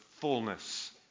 fullness